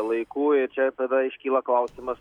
laikų ir čia tada iškyla klausimas